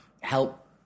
help